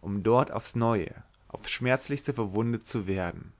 um dort aufs neue aufs schmerzlichste verwundet zu werden